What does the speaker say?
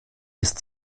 ist